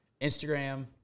Instagram